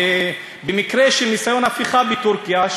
במקרה של ניסיון הפיכה בטורקיה,